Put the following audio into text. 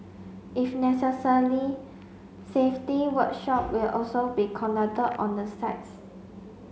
if necessary safety workshop will also be conducted on the sites